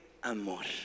amor